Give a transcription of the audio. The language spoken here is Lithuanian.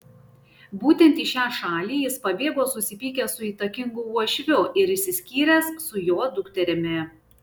būtent į šią šalį jis pabėgo susipykęs su įtakingu uošviu ir išsiskyręs su jo dukterimi